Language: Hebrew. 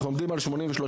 אנחנו עומדים על 83